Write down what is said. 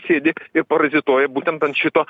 sėdi ir parazituoja būtent ant šito